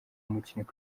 umukinnyi